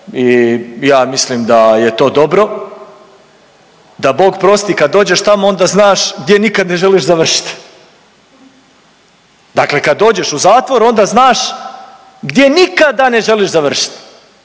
i ja mislim da je to dobro, da Bog prosti kad dođeš tamo onda znaš gdje nikad ne želiš završiti. Dakle, kad dođeš u zatvor onda znaš gdje nikada ne želiš završiti